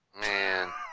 Man